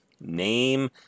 name